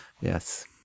Yes